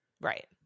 Right